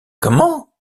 comment